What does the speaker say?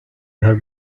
her